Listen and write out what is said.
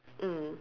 mm